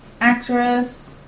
Actress